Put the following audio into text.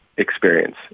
experience